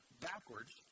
backwards